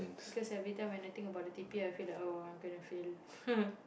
because every time when I think about the detail I feel like oh I'm going to fail